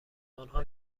آنها